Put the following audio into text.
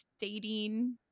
dating